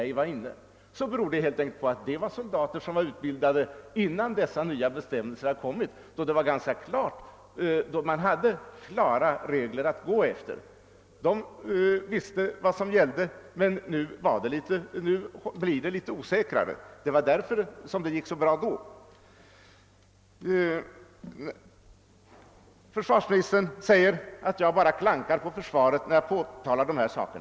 Det var inte inkonsekvent utan berodde på att de sistnämnda soldaterna fått sin utbildning innan de nya bestämmelserna kommit. De hade haft klara regler att gå efter under sin utbildning och visste vad som gällde. Numera är bestämmelserna vaga och osäkra. Försvarsministern säger att jag bara klankar på försvaret när jag påtalar dessa saker.